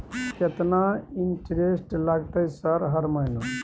केतना इंटेरेस्ट लगतै सर हर महीना?